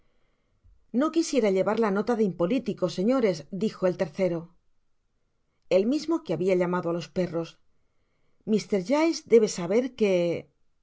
no quisiera llevar la nota de impolitico señores dijo el tercero el mismo que habia llamado á los perros mr giles debe saber que